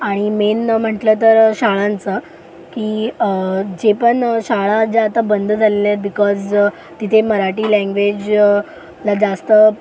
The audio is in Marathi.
आणि मेन म्हटलं तर शाळांचं की जे पण शाळा ज्या आता बंद झालेल्या आहेत बिकॉज तिथे मराठी लँग्वेजला जास्त